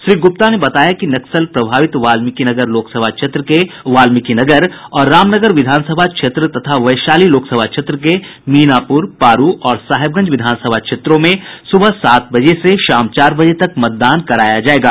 श्री गुप्ता ने बताया कि नक्सल प्रभावित वाल्मीकिनगर लोकसभा क्षेत्र के वाल्मीकिनगर और रामनगर विधानसभा क्षेत्र तथा वैशाली लोकसभा क्षेत्र के मीनापुर पारू और साहेबगंज विधानसभा क्षेत्रों में सुबह सात बजे से शाम चार बजे तक मतदान कराया जायेगा